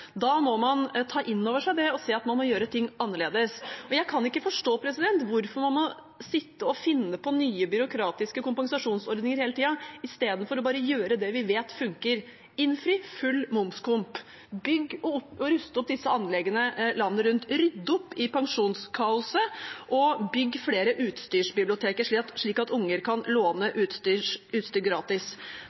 Da må man ta inn over seg det og se at man må gjøre ting annerledes. Jeg kan ikke forstå hvorfor man må sitte og finne på nye byråkratiske kompensasjonsordninger hele tiden i stedet for bare å gjøre det vi vet funker: innfri kravet om full momskompensasjon, bygge og ruste opp anleggene landet rundt, rydde opp i pensjonskaoset og bygge flere utstyrsbiblioteker, slik at unger kan låne utstyr gratis.